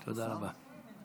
תודה רבה.